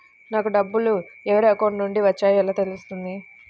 నాకు డబ్బులు ఎవరి అకౌంట్ నుండి వచ్చాయో ఎలా తెలుస్తుంది?